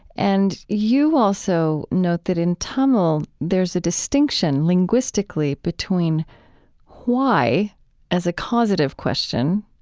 and you also note that in tamil there's a distinction linguistically between why as a causative question,